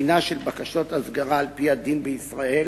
בחינה של בקשות הסגרה על-פי הדין בישראל,